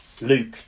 Luke